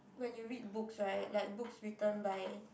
when you read books right like books written by